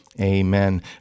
Amen